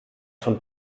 von